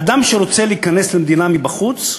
אדם שרוצה להיכנס למדינה מבחוץ,